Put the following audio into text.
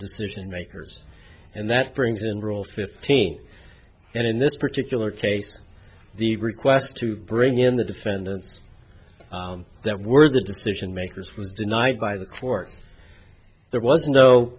decision makers and that brings in rule fifteen and in this particular case the request to bring in the defendants that were the decision makers was denied by the court there was no